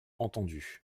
entendu